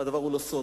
והדבר הוא לא סוד,